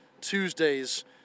Tuesday's